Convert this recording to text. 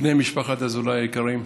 בני משפחת אזולאי היקרים,